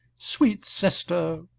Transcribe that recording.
sweet sister,